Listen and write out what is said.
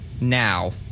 now